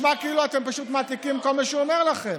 זה נשמע כאילו אתם פשוט מעתיקים כל מה שהוא אומר לכם.